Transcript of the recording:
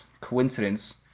coincidence